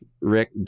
Rick